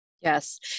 Yes